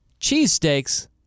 cheesesteaks